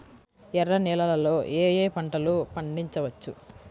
ఎర్ర నేలలలో ఏయే పంటలు పండించవచ్చు?